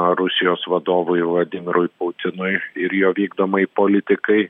rusijos vadovui vladimirui putinui ir jo vykdomai politikai